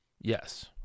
Yes